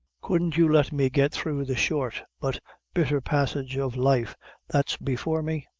couldn't you let me get through the short but bitther passage of life that's before me,